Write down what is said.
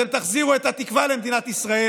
אתם תחזירו את התקווה למדינת ישראל